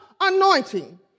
anointing